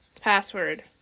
Password